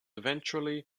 eventually